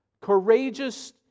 courageous